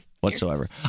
Whatsoever